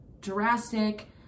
drastic